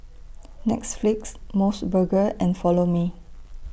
Netflix Mos Burger and Follow Me